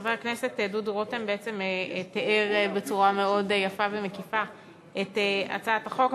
חבר הכנסת דודו רותם בעצם תיאר בצורה מאוד יפה ומקיפה את הצעת החוק,